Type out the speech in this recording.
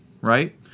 right